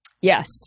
Yes